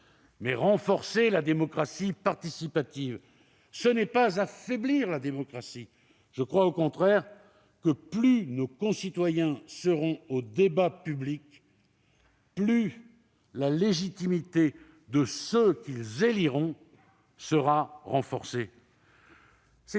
Mais renforcer la démocratie participative, ce n'est pas affaiblir la démocratie. Je crois au contraire que, plus nos concitoyens seront associés au débat public, plus la légitimité de ceux qu'ils éliront sera renforcée.